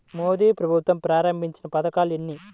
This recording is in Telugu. మోదీ ప్రభుత్వం ప్రారంభించిన పథకాలు ఎన్ని?